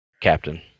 captain